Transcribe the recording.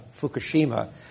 Fukushima